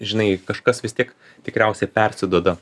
žinai kažkas vis tiek tikriausiai persiduoda